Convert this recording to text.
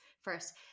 first